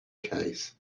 case